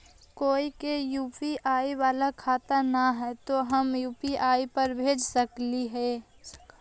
कोय के यु.पी.आई बाला खाता न है तो हम यु.पी.आई पर भेज सक ही?